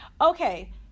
okay